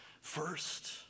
first